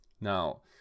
Now